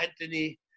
Anthony